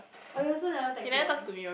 oh he also never text you ah